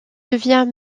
devient